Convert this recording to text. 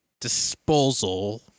disposal